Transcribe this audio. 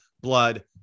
blood